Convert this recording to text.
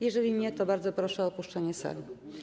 Jeżeli nie, to bardzo proszę o opuszczenie sali.